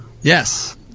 Yes